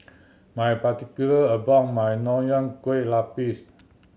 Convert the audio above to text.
my particular about my Nonya Kueh Lapis